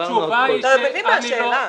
אתה מבין מה השאלה?